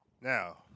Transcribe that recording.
Now